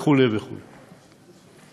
וכו' וכו'.